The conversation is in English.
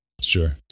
Sure